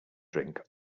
drink